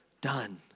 done